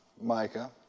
Micah